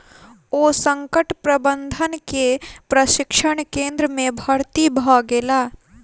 ओ संकट प्रबंधन के प्रशिक्षण केंद्र में भर्ती भ गेला